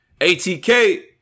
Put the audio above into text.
ATK